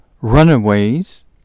runaways